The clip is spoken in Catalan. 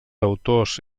autors